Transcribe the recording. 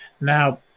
Now